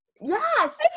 yes